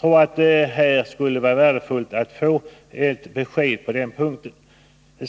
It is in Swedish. och det skulle vara värdefullt att få ett besked av statsrådet på den punkten.